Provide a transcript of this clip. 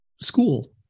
school